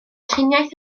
triniaeth